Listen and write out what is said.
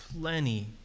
plenty